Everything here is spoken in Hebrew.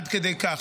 עד כדי כך.